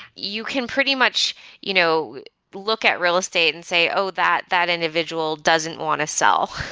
you can pretty much you know look at real estate and say, oh, that that individual doesn't want to sell,